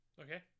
Okay